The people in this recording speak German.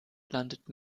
landet